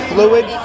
Fluid